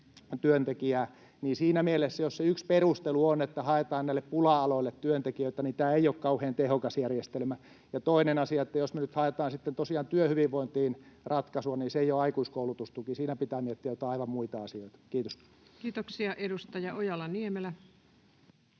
Siinä mielessä — jos yksi perustelu on, että haetaan näille pula-aloille työntekijöitä — tämä ei ole kauhean tehokas järjestelmä. Ja toinen asia on se, että jos me nyt haetaan sitten tosiaan työhyvinvointiin ratkaisua, niin se ei ole aikuiskoulutustuki. Siinä pitää miettiä joitain aivan muita asioita. — Kiitos. [Speech 164] Speaker: